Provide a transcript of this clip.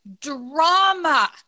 drama